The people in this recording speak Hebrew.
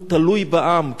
הוא תלוי בעם,